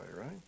right